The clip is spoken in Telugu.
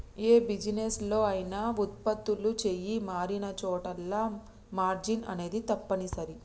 యే బిజినెస్ లో అయినా వుత్పత్తులు చెయ్యి మారినచోటల్లా మార్జిన్ అనేది తప్పనిసరి